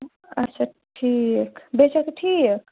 اچھا ٹھیٖک بیٚیہِ چھا ٹھیٖک